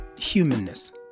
humanness